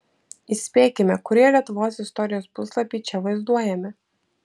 įspėkime kurie lietuvos istorijos puslapiai čia vaizduojami